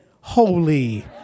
holy